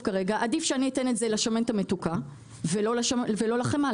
עדיף שאתן את זה לשמנת המתוקה ולא לחמאה,